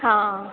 हाँ